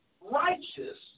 righteous